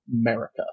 America